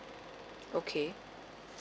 okay